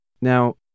Now